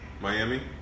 Miami